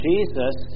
Jesus